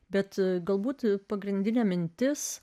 bet galbūt pagrindinė mintis